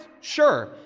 Sure